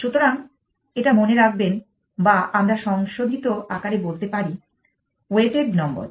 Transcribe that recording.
সুতরাং এটা মনে রাখবেন বা আমরা সংশোধিত আকারে বলতে পারি ওয়েটেড নম্বর